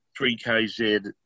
3KZ